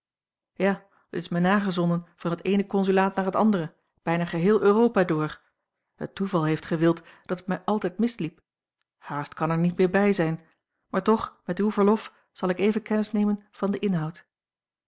ja het is mij nagezonden van het eene consulaat naar het andere bijna geheel europa door het toeval heeft gewild dat het mij altijd misliep haast kan er niet meer bij zijn maar toch a l g bosboom-toussaint langs een omweg met uw verlof zal ik even kennis nemen van den inhoud